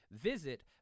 Visit